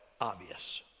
obvious